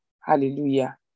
hallelujah